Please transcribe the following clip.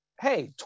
hey